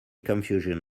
confusion